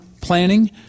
planning